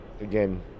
again